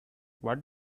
what